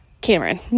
Cameron